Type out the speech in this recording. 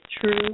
true